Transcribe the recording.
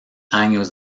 años